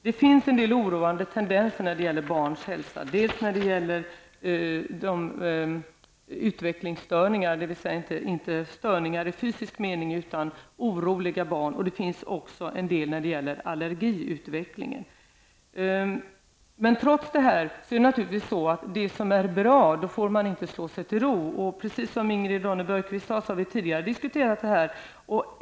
Det finns en del oroande tendenser när det gäller barns hälsa, dels i fråga om utvecklingsstörningar -- dvs. det är inte fråga om störningar i fysisk mening utan om oroliga barn --, dels i fråga om utveckling av allergier. Man får trots detta naturligtvis inte slå sig till ro med det som är bra. Precis som Ingrid Ronne Björkqvist sade har vi tidigare diskuterat denna fråga.